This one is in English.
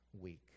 week